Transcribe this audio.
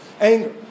Anger